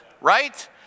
right